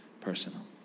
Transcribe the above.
personal